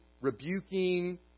rebuking